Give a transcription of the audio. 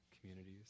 communities